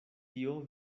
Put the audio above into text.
dio